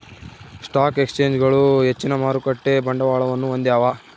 stock ಎಕ್ಸ್ಚೇಂಜ್ಗಳು ಹೆಚ್ಚಿನ ಮಾರುಕಟ್ಟೆ ಬಂಡವಾಳವನ್ನು ಹೊಂದ್ಯಾವ